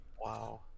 Wow